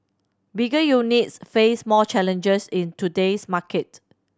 bigger units face more challenges in today's market